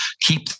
keep